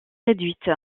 réduite